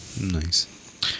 Nice